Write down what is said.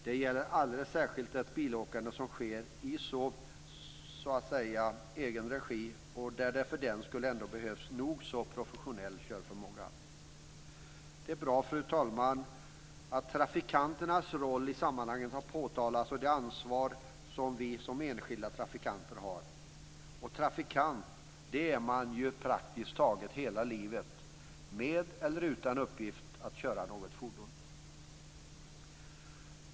Det gäller alldeles särskilt det bilåkande som så att säga sker i egen regi men där det för den skull behövs en nog så professionell körförmåga. Det är bra, fru talman, att trafikanternas roll i sammanhanget har påtalats liksom det ansvar som vi som enskilda trafikanter har. Trafikant är man ju praktiskt taget hela livet, med eller utan uppgiften att köra ett fordon.